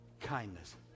kindness